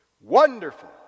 Wonderful